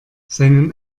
seinen